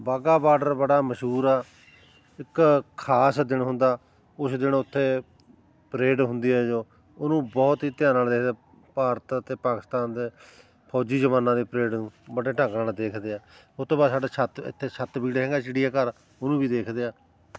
Wagah border ਬੜਾ ਮਸ਼ਹੂਰ ਆ ਇੱਕ ਖਾਸ ਦਿਨ ਹੁੰਦਾ ਉਸ ਦਿਨ ਉੱਥੇ ਪਰੇਡ ਹੁੰਦੀ ਹੈ ਜੋ ਉਹਨੂੰ ਬਹੁਤ ਹੀ ਧਿਆਨ ਨਾਲ ਦੇਖਦੇ ਆ ਭਾਰਤ ਅਤੇ ਪਾਕਿਸਤਾਨ ਦੇ ਫੌਜੀ ਜਵਾਨਾਂ ਦੇ ਪਰੇਡ ਨੂੰ ਬੜੇ ਢੰਗ ਨਾਲ ਦੇਖਦੇ ਆ ਉਸ ਤੋਂ ਬਾਅਦ ਸਾਡੇ ਛੱਤ ਇੱਥੇ ਛੱਤਬੀੜ ਹੈਗਾ ਚਿੜੀਆਘਰ ਉਹਨੂੰ ਵੀ ਦੇਖਦੇ ਆ